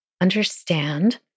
understand